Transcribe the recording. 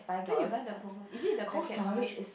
when you but the promo is it the packet one